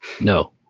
No